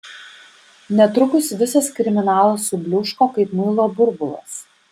netrukus visas kriminalas subliūško kaip muilo burbulas